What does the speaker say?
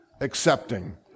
accepting